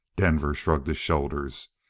denver shrugged his shoulders.